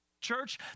church